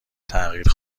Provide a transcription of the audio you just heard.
تغییر